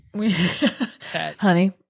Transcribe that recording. Honey